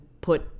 put